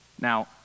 Now